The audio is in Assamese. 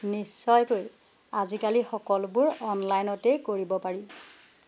নিশ্চয়কৈ আজিকালি সকলোবোৰ অনলাইনতেই কৰিব পাৰি